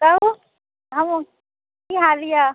hello हँ की हाल यऽ